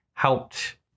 helped